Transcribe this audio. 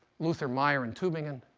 lothar meyer in tuebingen,